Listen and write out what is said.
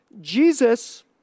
Jesus